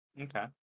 okay